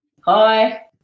Hi